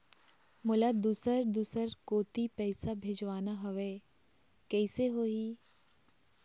मोला दुसर दूसर कोती पैसा भेजवाना हवे, कइसे होही?